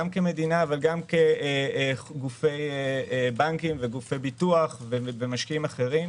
גם כמדינה וגם כגופי בנקים וגופי ביטוח ומשקיעים אחרים